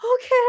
okay